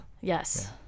Yes